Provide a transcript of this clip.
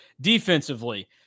Defensively